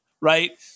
Right